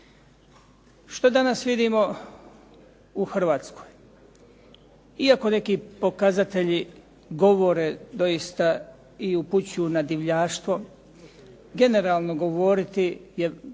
Što danas vidimo u Hrvatskoj? Iako neki pokazatelji govore doista i upućuju na divljaštvo, generalno govoriti je